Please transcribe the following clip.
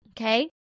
Okay